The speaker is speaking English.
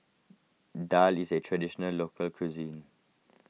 Daal is a Traditional Local Cuisine